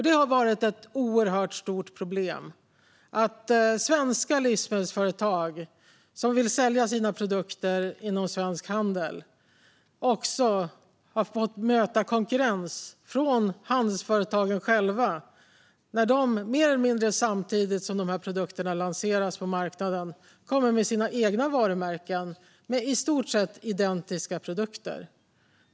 Det har varit ett oerhört stort problem att svenska livsmedelsföretag som vill sälja sina produkter inom svensk handel har fått möta konkurrens från handelsföretagen själva, som mer eller mindre samtidigt som dessa produkter lanseras på marknaden kommer med sina egna varumärken med i stort sett identiska produkter.